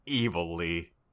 evilly